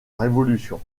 révolution